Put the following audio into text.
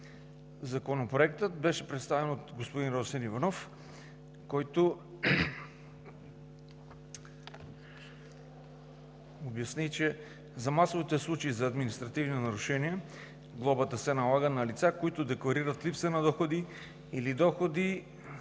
Законопроектът беше представен от господин Росен Иванов, който обясни, че в масовите случаи на административни нарушения глобата се налага на лица, които декларират липса на доходи или доходи